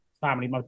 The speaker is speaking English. family